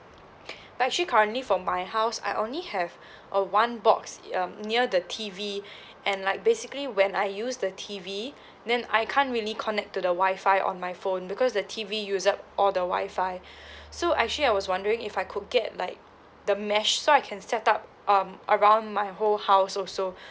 but actually currently for my house I only have uh one box um near the T_V and like basically when I use the T_V then I can't really connect to the wifi on my phone because the T_V used up all the wifi so actually I was wondering if I could get like the mesh so I can set up um around my whole house also